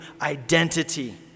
identity